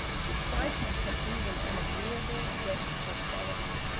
his excitement had even an agreeable, zestful quality.